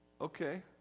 Okay